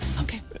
okay